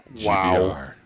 Wow